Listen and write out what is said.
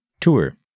Tour